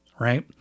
right